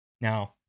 Now